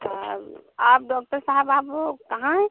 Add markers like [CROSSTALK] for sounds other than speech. [UNINTELLIGIBLE] आप डॉक्टर साहब आप वो कहाँ हैं